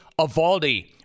Avaldi